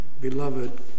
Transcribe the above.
beloved